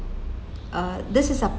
uh this is a